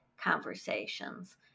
conversations